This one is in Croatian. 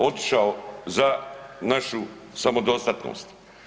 Otišao za našu samodostatnost.